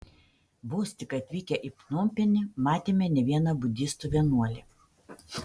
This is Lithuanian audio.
vos tik atvykę į pnompenį matėme ne vieną budistų vienuolį